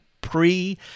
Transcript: pre